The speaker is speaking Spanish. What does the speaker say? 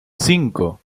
cinco